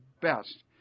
best